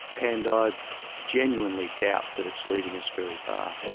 and i genuinely doubt that it's leading us very far.